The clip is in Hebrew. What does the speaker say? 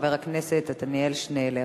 חבר הכנסת עתניאל שנלר.